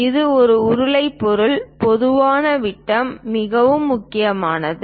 இது ஒரு உருளை பொருள் பொதுவாக விட்டம் மிகவும் முக்கியமானது